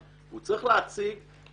הוא צריך להסביר למה זה תקין מבחינה ציבורית,